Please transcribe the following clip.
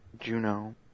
Juno